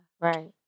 Right